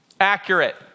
accurate